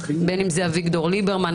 בין אם זה אביגדור ליברמן,